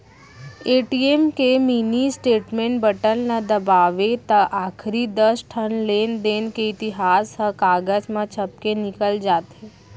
ATM के mini statement button ल दबावें त आखरी दस ठन लेनदेन के इतिहास ह कागज म छपके निकल जाथे